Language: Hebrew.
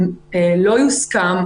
אם לא יוסכם,